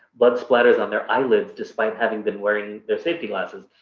blood splatters on their eyelids, despite having been wearing their safety glasses.